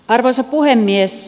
arvoisa puhemies